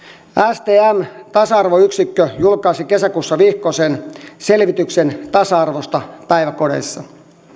stmn tasa arvoyksikkö julkaisi kesäkuussa vihkosen selvityksen tasa arvosta päiväkodeissa